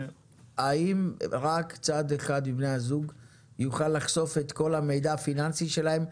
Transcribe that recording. האם רק צד אחד מבני הזוג יוכל לחשוף את כל המידע הפיננסי שלהם?